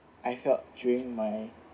I felt during my